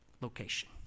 location